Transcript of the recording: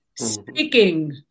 speaking